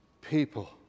people